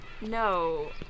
No